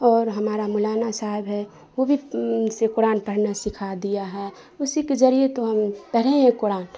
اور ہمارا مولانا صاحب ہے وہ بھی سے قرآن پڑھنا سکھا دیا ہے اسی کے ذریعے تو ہم پڑھیں ہیں قرآن